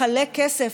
לחלק כסף.